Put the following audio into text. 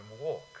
walk